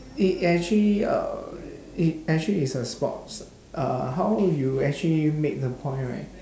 it actually uh it actually is a sports uh how did you actually make the point right